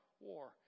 war